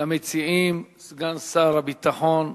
למציעים סגן שר הביטחון,